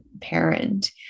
parent